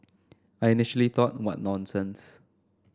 I initially thought what nonsense